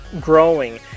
growing